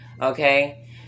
okay